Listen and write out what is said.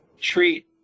treat